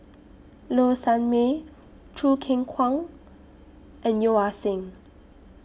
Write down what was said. Low Sanmay Choo Keng Kwang and Yeo Ah Seng